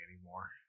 anymore